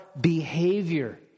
behavior